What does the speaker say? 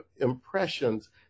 impressions